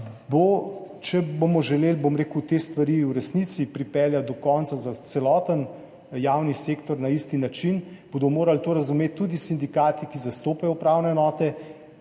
če bomo želeli te stvari v resnici pripeljati do konca za celoten javni sektor na isti način, to razumeti tudi sindikati, ki zastopajo upravne enote,